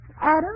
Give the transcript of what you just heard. Adam